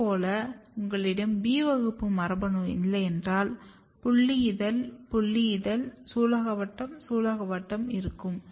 இதேபோல் உங்களிடம் B வகுப்பு மரபணு இல்லை என்றால் புல்லி இதழ் புல்லி இதழ் சூலகவட்டம் சூலகவட்டம் இருக்கும்